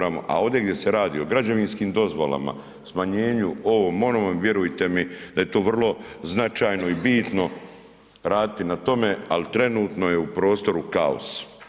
A ovdje gdje se radi o građevinskim dozvolama, smanjenju ovom onome, vjerujte mi da je to vrlo značajno i bitno raditi na tome ali trenutno je u prostoru kaos.